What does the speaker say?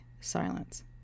silence